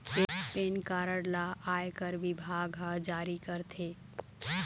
PAN card ल आयकर बिभाग ह जारी करथे